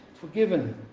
forgiven